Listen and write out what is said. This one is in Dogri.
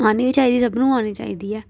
आनी बी चाहिदी सभनों आनी चाहिदी ऐ